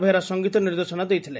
ବେହେରା ସଙ୍ଗୀତ ନିର୍ଦ୍ଦେଶନା ଦେଇଥିଲେ